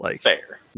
Fair